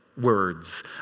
words